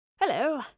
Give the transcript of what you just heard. Hello